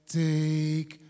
take